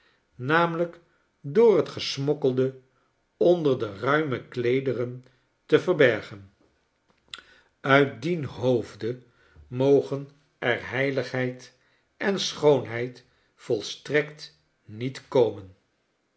namelijk door het gesmokkelde onder de ruime kleederen te verbergen uit dien hoofde mogen er heiligheid en schoonheid volstrekt niet komen